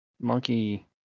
monkey